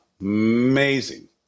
amazing